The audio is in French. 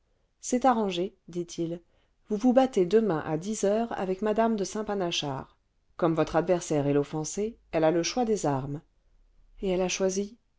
c'est arrangé dit-il vous vous battez demain à dix heures avec mmede saint panachard comme votre adversaire est l'offensée elle a le choix des armes et elle a choisi